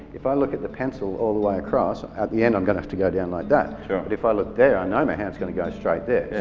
if i look at the pencil all the way across, at the end i'm going to have to go down like that. sure. but if i look there i know my hands going to go straight there.